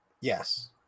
Yes